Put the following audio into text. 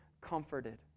comforted